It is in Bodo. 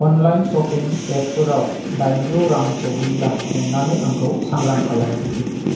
अनलाइन स'पिं एपफोराव दाइनजौ रां सौहैब्ला अन्नानै आंखौ सांग्रां खालाम